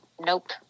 nope